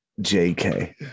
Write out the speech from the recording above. jk